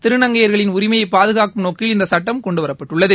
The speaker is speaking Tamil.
திருநங்கைகளுக்களின் உரிமையை பாதுகாக்கும் நோக்கில் இந்த சட்டம் கொண்டுவரப்பட்டுள்ளது